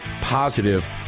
positive